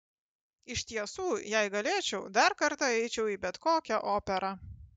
iš tiesų jei galėčiau dar kartą eičiau į bet kokią operą